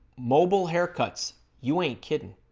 mobile haircuts you ain't kiddin